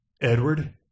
Edward